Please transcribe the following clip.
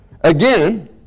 Again